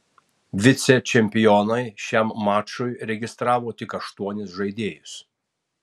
vicečempionai šiam mačui registravo tik aštuonis žaidėjus